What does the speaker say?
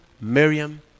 Miriam